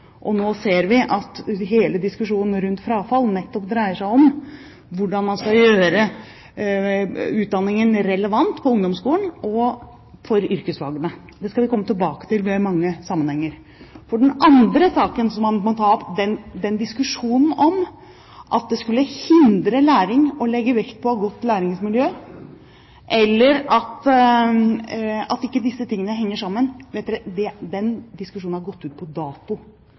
Nå ser vi at hele diskusjonen rundt frafall nettopp dreier seg om hvordan man skal gjøre utdanningen relevant på ungdomsskolen og for yrkesfagene. Det skal vi komme tilbake til i mange sammenhenger. Den andre saken som man må ta opp, er diskusjonen om at det skulle hindre læring å legge vekt på å ha godt læringsmiljø, eller at dette ikke henger sammen. Den diskusjonen har gått ut på dato.